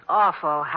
awful